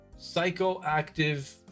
Psychoactive